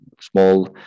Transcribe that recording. small